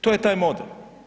To je taj model.